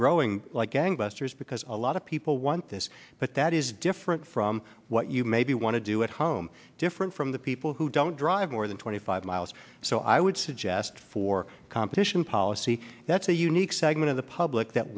growing like gangbusters because a lot of people want this but that is different from what you maybe want to do at home different from the people who don't drive more than twenty five miles so i would suggest for competition policy that's a unique segment of the public that